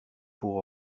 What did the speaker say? pour